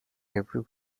every